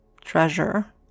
treasure